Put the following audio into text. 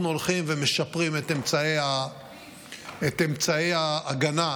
אנחנו הולכים ומשפרים את אמצעי ההגנה,